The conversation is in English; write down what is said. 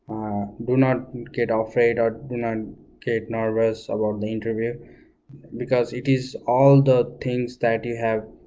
do not get ah afraid or do not get nervous about the interview because it is all the things that you have